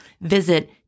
Visit